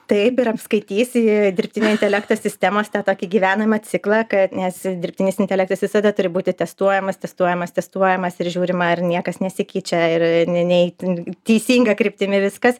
taip ir apskaitysi dirbtinio intelekto sistemos tą tokį gyvenamo ciklą kad nes dirbtinis intelektas visada turi būti testuojamas testuojamas testuojamas ir žiūrima ar niekas nesikeičia ir ne ne itin teisinga kryptimi viskas